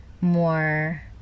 more